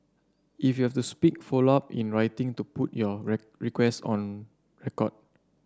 if you have to speak follow up in writing to put your request on record